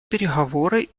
переговоры